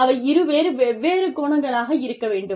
அவை இரு வெவ்வேறு கோணங்களாக இருக்க வேண்டும்